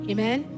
Amen